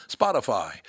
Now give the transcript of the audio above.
Spotify